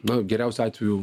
nu geriausiu atveju